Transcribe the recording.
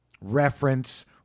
reference